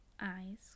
eyes